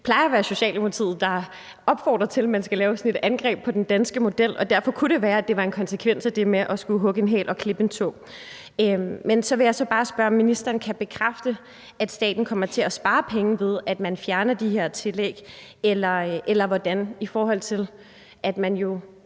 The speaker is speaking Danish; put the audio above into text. ikke plejer at være Socialdemokratiet, der opfordrer til, at man skal lave sådan et angreb på den danske model, og derfor kunne det være, at det var en konsekvens af det med at skulle hugge en hæl og klippe en tå. Men så vil jeg bare spørge, om ministeren kan bekræfte, at staten kommer til at spare penge, ved at man fjerner de her tillæg, eller hvordan det forholder sig, når man jo